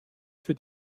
für